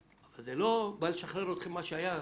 אבל זה לא בא לשחרר אתכם ממה שהיה מובן,